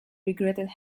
regretted